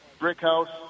Brickhouse